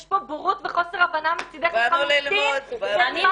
יש פה בורות וחוסר הבנה מצידך לחלוטין, במה מדובר.